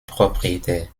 propriétaire